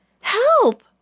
Help